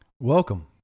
Welcome